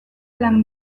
lan